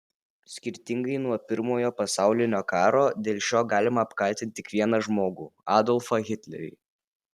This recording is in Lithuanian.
skirtingai nuo pirmojo pasaulinio karo dėl šio galima apkaltinti tik vieną žmogų adolfą hitlerį